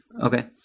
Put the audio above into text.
okay